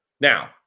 Now